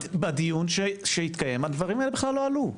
בדיון שהתקיים הדברים האלה בכלל לא עלו.